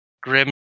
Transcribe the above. grim